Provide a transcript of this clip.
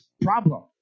problem